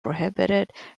prohibited